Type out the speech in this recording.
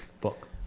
Book